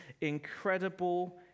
incredible